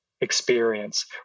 experience